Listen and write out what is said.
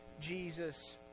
Jesus